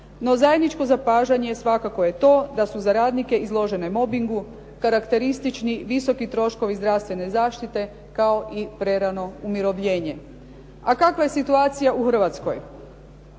No zajedničko zapažanje svakako je to, da su za radnike izložene mobingu karakteristični visoki troškovi zdravstvene zaštite kao i prerano umirovljenje. A kakva je situacija u Hrvatskoj?